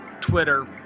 Twitter